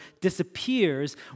disappears